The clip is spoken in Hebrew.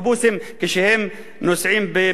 כשהם נוסעים בכבישים.